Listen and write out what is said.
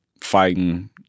fighting